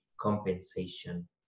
compensation